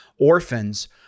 orphans